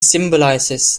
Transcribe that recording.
symbolises